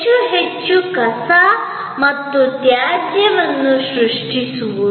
ನಿರ್ಮಾಣ ಅವಧಿಯ ಕೊನೆಯಲ್ಲಿ ಎಲ್ಲಾ ಕಟ್ಟಡಗಳನ್ನು ಮಾಡಿದಾಗ ಎಲ್ಲಾ ಸಸ್ಯ ರಚನೆಗಳನ್ನು ಮಾಡಲಾಯಿತು ಈ ಯಂತ್ರಗಳಿಗೆ ಹೆಚ್ಚಿನ ಬಳಕೆ ಇರಲಿಲ್ಲ